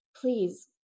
please